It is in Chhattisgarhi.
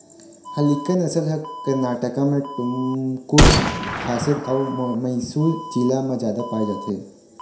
हल्लीकर नसल ह करनाटक म टुमकुर, हासर अउ मइसुर जिला म जादा पाए जाथे